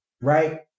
Right